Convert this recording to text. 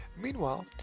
Meanwhile